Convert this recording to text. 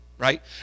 Right